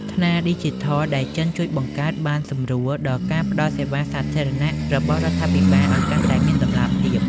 ថ្នាលឌីជីថលដែលចិនជួយបង្កើត បានសម្រួលដល់ការផ្ដល់សេវាសាធារណៈរបស់រដ្ឋាភិបាលឱ្យកាន់តែមានតម្លាភាព។